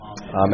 Amen